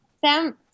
Sam